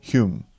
Hume